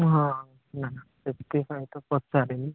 ହଁ ନା ସେଥିପାଇଁ ତ ପଚାରିଲି